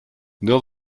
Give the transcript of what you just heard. nur